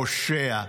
פושע,